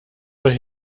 euch